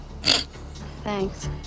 Thanks